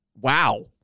Wow